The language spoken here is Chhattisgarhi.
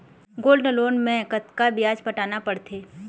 गोल्ड लोन मे कतका ब्याज पटाना पड़थे?